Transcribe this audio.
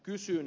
kysyn